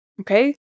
okay